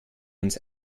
uns